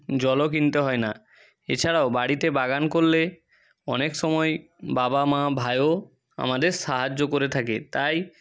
জলও কিনতে হয় না এছাড়াও বাড়িতে বাগান করলে অনেক সময় বাবা মা ভাইও আমাদের সাহায্য করে থাকে তাই